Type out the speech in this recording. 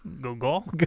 Google